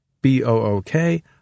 B-O-O-K